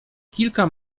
kilka